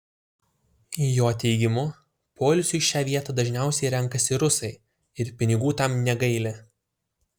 jo teigimu poilsiui šią vietą dažniausiai renkasi rusai ir pinigų tam negaili